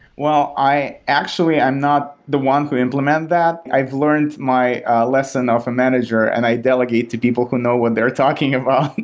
well, actually i'm not the one who implement that. i've learned my lesson ah of a manager and i delegate to people who know what they're talking about.